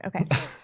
Okay